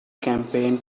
campaign